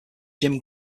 jim